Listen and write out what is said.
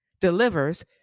delivers